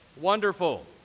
Wonderful